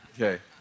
Okay